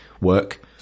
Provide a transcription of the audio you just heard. work